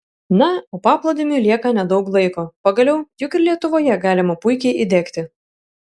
na o paplūdimiui lieka nedaug laiko pagaliau juk ir lietuvoje galima puikiai įdegti